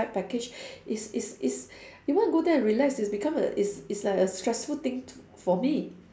sign package it's it's it's you want go there and relax it's become a it's it's like a stressful thing for me